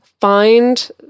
find